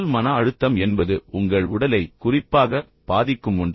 உடல் மன அழுத்தம் என்பது உங்கள் உடலை குறிப்பாக பாதிக்கும் ஒன்று